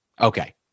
Okay